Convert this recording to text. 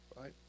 right